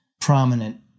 prominent